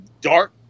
dark